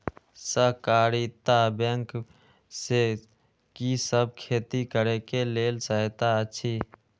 सहकारिता बैंक से कि सब खेती करे के लेल सहायता अछि?